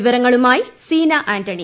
വിവരങ്ങളുമായി സീന ആന്റണി